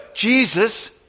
Jesus